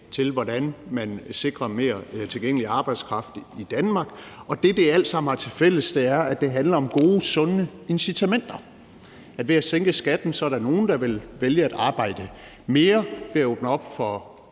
til, hvordan man sikrer mere tilgængelig arbejdskraft i Danmark. Det, det alt sammen har til fælles, er, at det handler om gode, sunde incitamenter. Ved at sænke skatten er der nogle, der vil vælge at arbejde mere. Ved at åbne op for